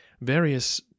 Various